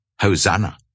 Hosanna